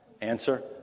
Answer